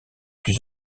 plus